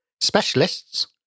specialists